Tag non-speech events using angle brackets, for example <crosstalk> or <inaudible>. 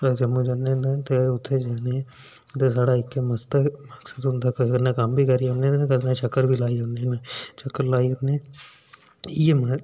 अस जम्मू जन्ने होन्ने ते उत्थै जन्ने <unintelligible> उत्थै सढ़ा इक्कै मक्सद होंदा कि कम्म बी करी औने ते चक्कर बी लाई औने इ'यै